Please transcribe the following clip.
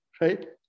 right